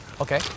okay